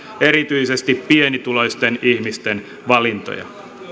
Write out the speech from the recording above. erityisesti pienituloisten ihmisten valintoja